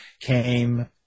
came